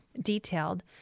detailed